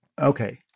okay